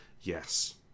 yes